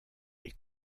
est